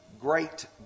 great